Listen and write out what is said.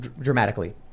dramatically